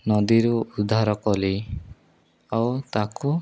ନଦୀରୁ ଉଦ୍ଧାର କଲି ଆଉ ତାକୁ